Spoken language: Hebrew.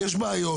יש בעיות.